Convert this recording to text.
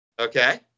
Okay